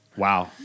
Wow